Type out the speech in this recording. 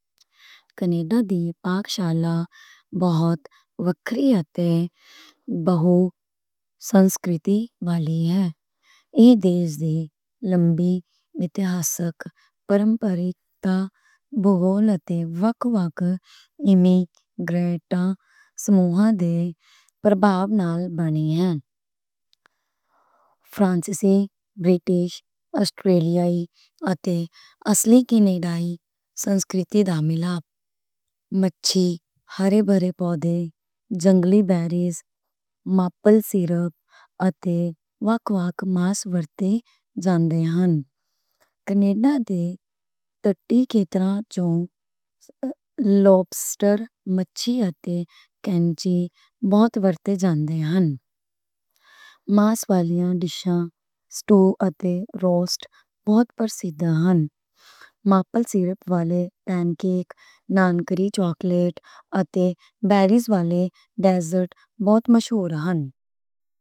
کینیڈا دی پاکشالہ بہت وکری اتے بہت سنسکریتی والی ہے۔ ایہہ دیش دی لمبی، اتحاسک، پرمپریک، بھوگول اتے لوکل لوک ایمیگریٹا، سموئیں دے پرباؤ نال بنی ہے۔ فرنسیسی، بریٹش اتے اصلی کینیڈائی سنسکریتی دا ملاپ، مچھلی، ہرے بھرے پودے، جنگلی بیریز، میپل سیرپ اتے وکھ وکھ ماس ورتے جاندے ہن۔ کینیڈا دیاں کوسٹاں تے لوبسٹر، مچھلی بہت ورتے جاندے ہن۔ ماس والیاں ڈشاں، سٹو اتے روسٹ بہت پرسِدھ ہن۔ میپل سیرپ والے پین کیک، نانائمو دے کیک، چاکلیٹ اتے بیریز والی ڈیزرٹ بہت مشہور ہن۔